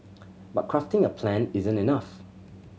but crafting a plan isn't enough